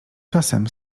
czasem